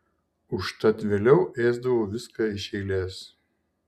užtat vėliau ėsdavau viską iš eilės